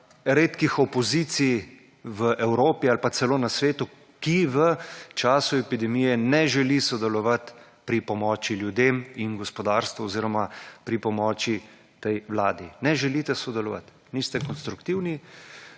redkih opozicij v Evropi ali pa celo na svetu, ki v času epidemije ne želi sodelovat pri pomoči ljudem in gospodarstvu oziroma pri pomoči tej Vladi. Ne želite sodelovat, niste konstruktivni,